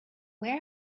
where